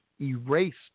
erased